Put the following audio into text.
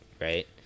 right